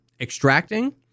extracting